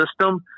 system